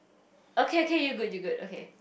okay okay you good you good okay